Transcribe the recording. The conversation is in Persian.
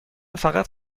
فقط